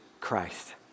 Christ